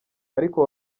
ariko